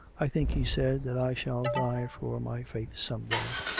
i think, he said, that i shall die for my faith some day.